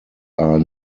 are